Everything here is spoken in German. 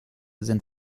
sind